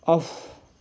off